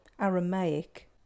aramaic